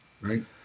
right